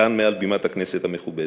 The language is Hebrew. כאן, מעל בימת הכנסת המכובדת,